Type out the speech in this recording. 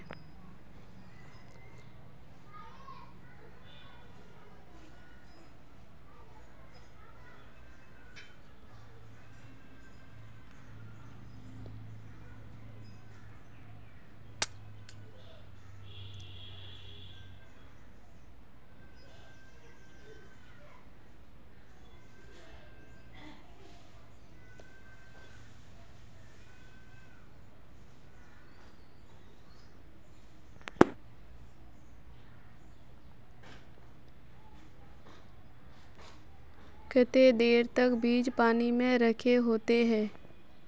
केते देर तक बीज पानी में रखे होते हैं?